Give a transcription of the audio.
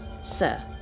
Sir